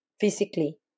physically